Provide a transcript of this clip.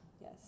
Yes